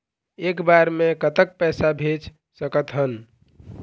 एक बार मे कतक पैसा भेज सकत हन?